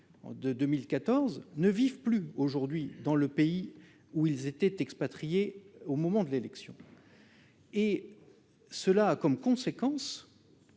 de 2014 ne vivent plus aujourd'hui dans le pays où ils étaient expatriés au moment de l'élection. Il en résulte que